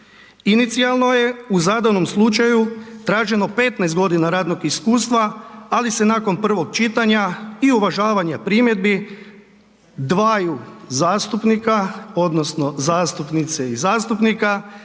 Inicijalno je u zadanom slučaju traženo 15.g. radnog iskustva, ali se nakon prvog čitanja i uvažavanja primjedbi dvaju zastupnika odnosno zastupnice i zastupnika